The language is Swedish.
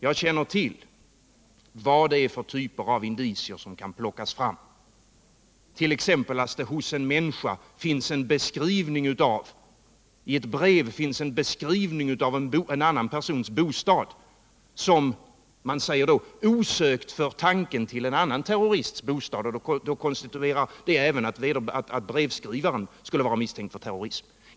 Jag känner till vad det är för typer av indicier som kan plockas fram —t.ex. att det i ett brev från en person finns en beskrivning av en annan persons bostad, som man säger osökt för tanken till en annan terrorists bostad, vilket skulle konstituera att även brevskrivaren bör vara misstänkt för terrorism.